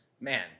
man